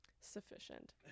sufficient